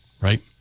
right